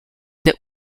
that